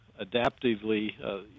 adaptively